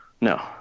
No